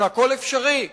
שהכול אפשרי,